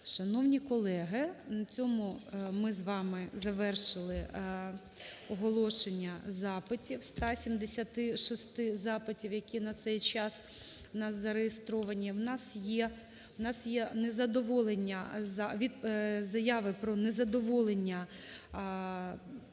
Шановні колеги, на цьому ми з вами завершили оголошення запитів, 176 запитів, які на цей час у нас зареєстровані. У нас є незадоволення… заяви про незадоволення